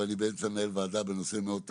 אבל אני באמצע לנהל ועדה בנושא מאוד טעון,